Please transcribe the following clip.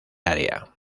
área